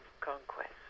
conquest